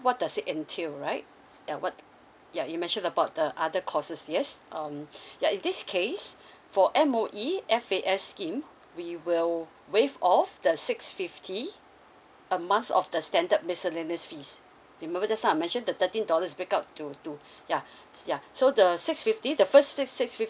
what does it entail right yeah what yeah you mentioned about the other courses yes um yeah in this case for M_O_E F_A_S scheme we will waive off the six fifty a month of the standard miscellaneous fees remember just now i mention the thirteen dollars break up to two yeah yeah so the six fifty the first six fifty